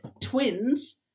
twins